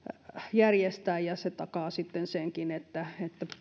järjestää ja se takaa sitten senkin että